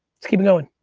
let's keep it going.